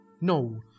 No